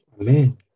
Amen